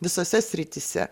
visose srityse